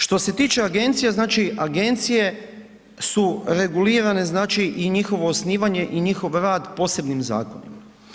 Što se tiče agencija, znači agencije su regulirane znači i njihovo osnivanje i njihov rad posebnim zakonima.